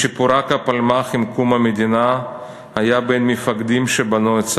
משפורק הפלמ"ח עם קום המדינה היה בין המפקדים שבנו את צה"ל.